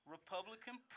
Republican